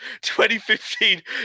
2015